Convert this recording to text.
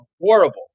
horrible